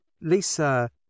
Lisa